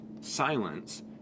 silence